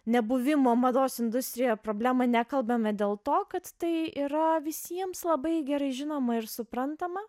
nebuvimo mados industrijoje problemą nekalbame dėl to kad tai yra visiems labai gerai žinoma ir suprantama